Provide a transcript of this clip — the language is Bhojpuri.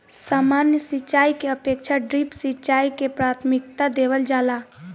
सामान्य सिंचाई के अपेक्षा ड्रिप सिंचाई के प्राथमिकता देवल जाला